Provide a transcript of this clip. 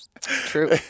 True